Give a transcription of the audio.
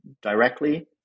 directly